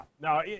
Now